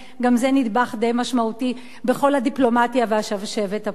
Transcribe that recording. גם זה נדבך די משמעותי בכל הדיפלומטיה והשבשבת הפוליטית.